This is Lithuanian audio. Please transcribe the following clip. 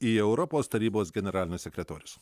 į europos tarybos generalinius sekretorius